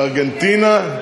לארגנטינה.